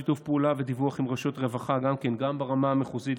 שיתוף פעולה ודיווח עם רשות רווחה גם ברמה המחוזית,